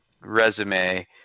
resume